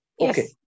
Okay